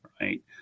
right